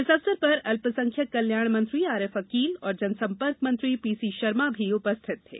इस अवसर पर अल्पसंख्यक कल्याण मंत्री आरिफ अकील और जनसंपर्क मंत्री पी सी शर्मा भी उपस्थित थे